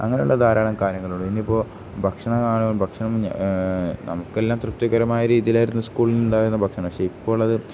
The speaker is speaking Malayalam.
അങ്ങനെയുള്ള ധാരാളം കാര്യങ്ങളുണ്ട് ഇനിയിപ്പോൾ ഭക്ഷണം ഭക്ഷണം നമുക്കെല്ലാം തൃപ്തികരമായ രീതിയിലായിരുന്നു സ്കൂളിൽ നിന്നുണ്ടായിരുന്ന ഭക്ഷണം പക്ഷെ ഇപ്പോൾ ഉള്ളത്